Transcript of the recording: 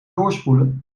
doorspoelen